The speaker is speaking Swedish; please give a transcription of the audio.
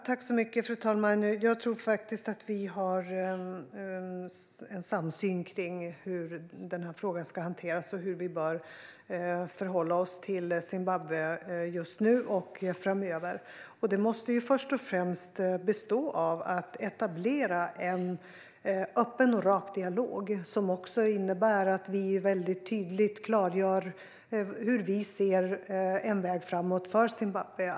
Fru talman! Jag tror att vi har en samsyn om hur frågan ska hanteras och hur vi bör förhålla oss till Zimbabwe just nu och framöver. Det måste först och främst bestå av att etablera en öppen och rak dialog, som också innebär att vi tydligt klargör hur vi ser en väg framåt för Zimbabwe.